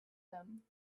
them